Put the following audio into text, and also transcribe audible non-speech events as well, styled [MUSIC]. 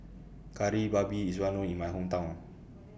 Kari Babi IS Well known in My Hometown [NOISE]